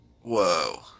Whoa